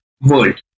world